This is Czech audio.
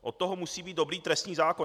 Od toho musí být dobrý trestní zákon.